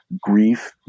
grief